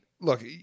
look